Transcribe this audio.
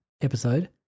episode